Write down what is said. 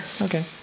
okay